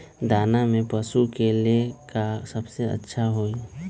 दाना में पशु के ले का सबसे अच्छा होई?